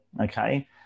okay